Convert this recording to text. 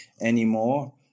anymore